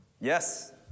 Yes